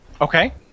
Okay